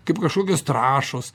kaip kažkokios trąšos